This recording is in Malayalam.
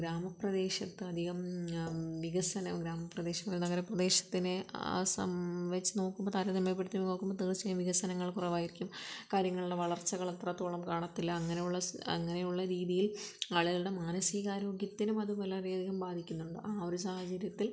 ഗ്രാമപ്രദേശത്തധികം വികസനം ഗ്രാമപ്രദേശങ്ങൾ നഗരപ്രദേശത്തിനെ ആ സം വച്ച് നോക്കുമ്പോൾ താരതമ്യപ്പെടുത്തി നോക്കുമ്പോൾ തീർച്ചയായും വികസനങ്ങൾ കുറവായിരിക്കും കാര്യങ്ങളുടെ വളർച്ചകൾ എത്രത്തോളം കാണത്തില്ല അങ്ങനുള്ള അങ്ങനെയുള്ള രീതിയിൽ ആളുകളുടെ മാനസിക ആരോഗ്യത്തിനും അത് വളരെ അധികം ബാധിക്കുന്നുണ്ട് ആ ഒരു സാഹചര്യത്തിൽ